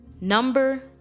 Number